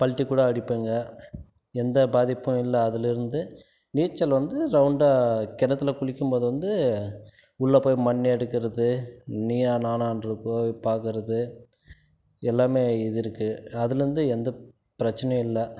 பல்டி கூட அடிப்பேங்க எந்த பாதிப்பும் இல்லை அதில் இருந்து நீச்சல் வந்து ரௌண்டாக கிணத்துல குளிக்கும் போது வந்து உள்ளே போய் மண் எடுக்கிறது நீயா நானான்றதை போய் பார்க்கறது எல்லாமே இது இருக்குது அதில் வந்து எந்த பிரச்சினையும் இல்லை